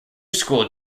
school